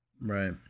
right